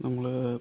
നമ്മൾ